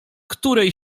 której